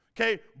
okay